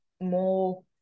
more